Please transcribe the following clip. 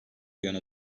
yana